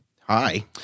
Hi